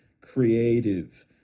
creative